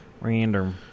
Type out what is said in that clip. Random